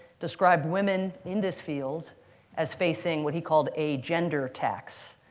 described women in this field as facing what he called a gender tax,